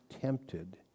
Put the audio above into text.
tempted